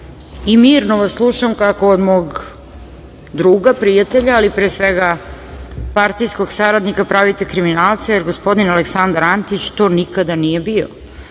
i mirno vas slušam kako od mog druga, prijatelja, ali pre svega partijskog saradnika pravite kriminalca, jer gospodin Aleksandar Antić to nikada nije bio. Nije